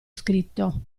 scritto